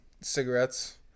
cigarettes